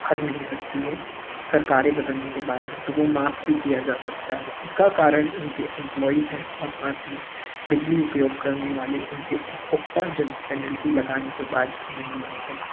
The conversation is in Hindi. भर नहीं सकती है सरकारें बदलने के बाद भी तो वह माफ ही किया जा सकता है इसका कारण उनके इम्प्लोइज हैं और साथ में बिजली उपयोग करने वाले उनके उपभोक्ता जो पेनेल्टी लगाने के बाद भी नहीं मानते हैं